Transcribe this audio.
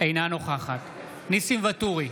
אינה נוכחת ניסים ואטורי,